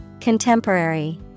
Contemporary